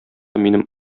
минем